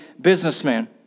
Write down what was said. businessman